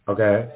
Okay